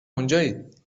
اونجایید